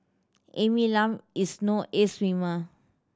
Amy Lam is no ace swimmer